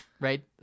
right